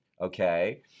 Okay